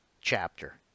chapter